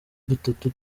dutatu